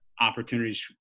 opportunities